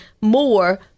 more